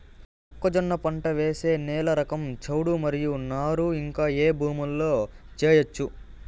మొక్కజొన్న పంట వేసే నేల రకం చౌడు మరియు నారు ఇంకా ఏ భూముల్లో చేయొచ్చు?